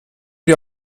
wir